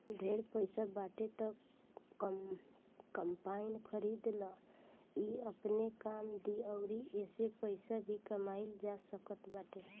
ढेर पईसा बाटे त कम्पाईन खरीद लअ इ आपनो काम दी अउरी एसे पईसा भी कमाइल जा सकत बाटे